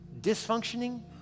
dysfunctioning